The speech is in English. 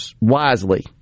wisely